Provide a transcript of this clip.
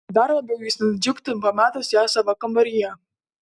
dar labiau jis nudžiugtų pamatęs ją savo kambaryje